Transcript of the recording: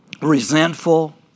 resentful